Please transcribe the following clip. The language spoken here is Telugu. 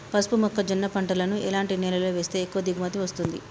పసుపు మొక్క జొన్న పంటలను ఎలాంటి నేలలో వేస్తే ఎక్కువ దిగుమతి వస్తుంది?